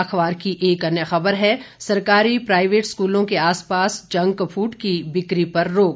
अखबार की एक अन्य खबर है सरकारी प्राईवेट स्कूलों के आसपास जंक फूड की बिकी पर रोक